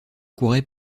courait